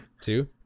Two